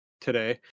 today